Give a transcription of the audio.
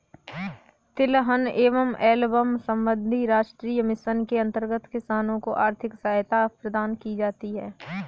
तिलहन एवं एल्बम संबंधी राष्ट्रीय मिशन के अंतर्गत किसानों को आर्थिक सहायता प्रदान की जाती है